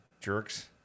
jerks